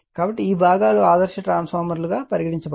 కాబట్టి ఈ భాగాలు ఆదర్శ ట్రాన్స్ఫార్మర్లు గా పరిగణించబడతాయి